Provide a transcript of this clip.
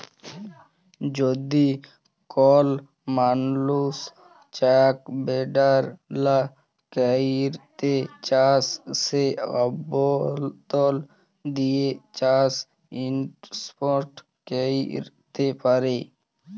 যদি কল মালুস চ্যাক ব্যাভার লা ক্যইরতে চায় সে আবদল দিঁয়ে চ্যাক ইস্টপ ক্যইরতে পারে